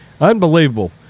Unbelievable